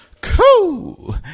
Cool